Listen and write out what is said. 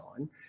on